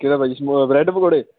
ਕਿਹੜਾ ਭਾਅ ਜੀ ਸਮਬ੍ਰੈੱਡ ਪਕੌੜੇ